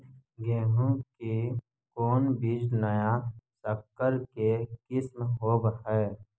गेहू की कोन बीज नया सकर के किस्म होब हय?